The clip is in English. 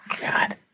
God